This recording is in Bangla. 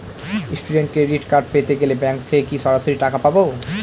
স্টুডেন্ট ক্রেডিট কার্ড পেতে গেলে ব্যাঙ্ক থেকে কি সরাসরি টাকা পাবো?